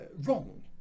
wrong